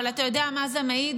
אבל אתה יודע על מה זה מעיד?